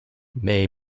may